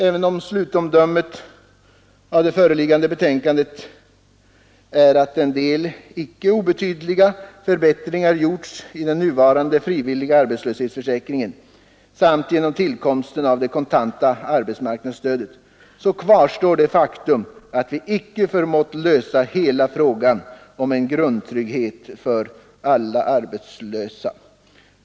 Även om slutomdömet om det föreliggande betänkandet är att en del inte obetydliga förbättringar har gjorts i den nuvarande frivilliga arbetslöshetsförsäkringen samt genom tillkomsten av det kontanta arbetsmarknadsstödet, så kvarstår det faktum att vi inte har förmått lösa hela frågan om en grundtrygghet för alla arbetslösa.